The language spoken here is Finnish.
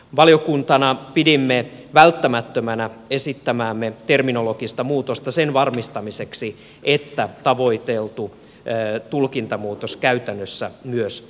valiokuntana pidimme välttämättömänä esittämäämme terminologista muutosta sen varmistamiseksi että tavoiteltu tulkintamuutos käytännössä myös toteutuu